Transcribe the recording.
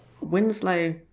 Winslow